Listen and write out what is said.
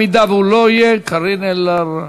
אם הוא לא יהיה, קארין אלהרר.